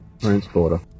transporter